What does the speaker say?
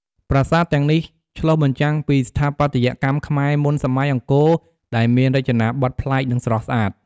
ប្រាសាទទាំងនេះឆ្លុះបញ្ចាំងពីស្ថាបត្យកម្មខ្មែរមុនសម័យអង្គរដែលមានរចនាបថប្លែក និងស្រស់ស្អាត។